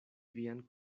vian